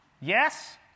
Yes